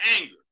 anger